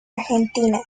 argentina